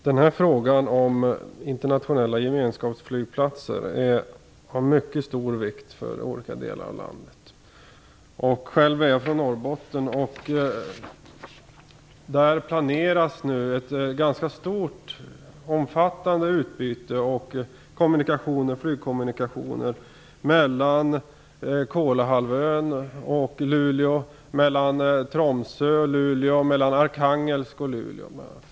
Fru talman! Frågan om internationella gemenskapsflygplatser är av mycket stor vikt för olika delar av landet. Jag är själv från Norrbotten, och där planeras nu ett ganska stort och omfattande utbyte av flygkommunikationer mellan Kolahalvön och Luleå, mellan Tromsö och Luleå och mellan Arkhangelsk och Luleå.